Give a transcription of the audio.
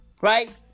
Right